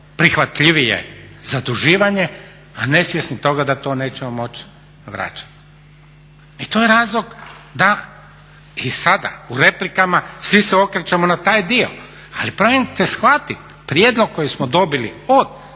prihvatljivije zaduživanje, a nesvjesni toga da to nećemo moći vraćati. I sada u replikama svi se okrećemo na taj dio, ali probajte shvatiti prijedlog koji smo dobili od